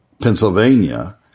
Pennsylvania